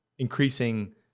Increasing